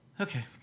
Okay